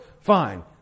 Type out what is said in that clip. fine